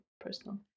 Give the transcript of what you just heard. personal